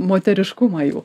moteriškumą jeigu